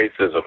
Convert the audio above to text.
racism